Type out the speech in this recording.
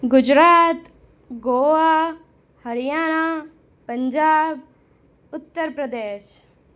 Gujarat Goa Haryana Punjab Uttar Pradesh